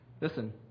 Listen